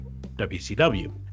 WCW